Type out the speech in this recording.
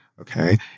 okay